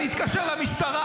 אני אתקשר למשטרה,